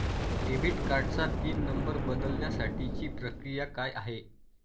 Debit कार्डचा PIN number बदलण्यासाठीची प्रक्रिया काय आहे?